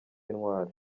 intwali